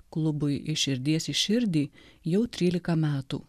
klubui iš širdies į širdį jau trylika metų